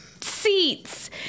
seats